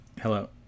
Hello